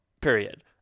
period